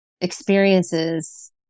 experiences